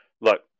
Look